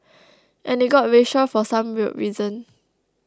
and it got racial for some weird reason